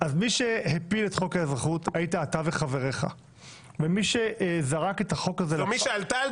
מי שזרק את חוק האזרחות לפח היית אתה וחבריך --- אני גאה,